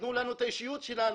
תנו לנו את האישיות שלנו,